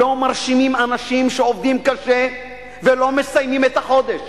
לא מרשימים אנשים שעובדים קשה ולא מסיימים את החודש.